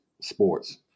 sports